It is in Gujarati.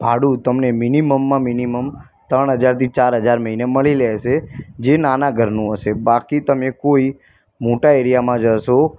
ભાડું તમને મિનિમમમાં મિનિમમ ત્રણ હજારથી ચાર હજાર મહિને મળી રહેશે જે નાના ઘરનું હશે બાકી તમે કોઈ મોટા એરીયામાં જશો